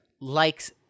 likes